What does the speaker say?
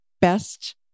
best